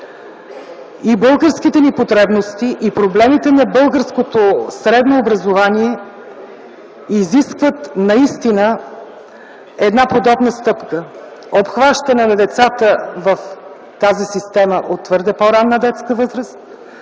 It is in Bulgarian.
и българските ни потребности, и проблемите на българското средно образование изискват наистина една подобна стъпка – обхващане на децата в тази система от твърде по-ранна детска възраст,